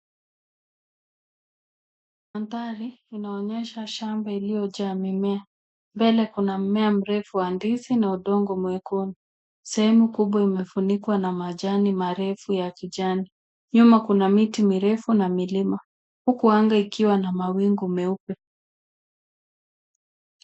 Maanthari inaonyesha shamba iliyojaa mimea. Mbele kuna mmea mrefu wa ndizi na udongo mwekundu. Sehemu kubwa imefunikwa na majani marefu ya kijani. Nyuma kuna miti mirefu na milima. Huku anga ikiwa na mawingu meupe.